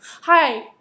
Hi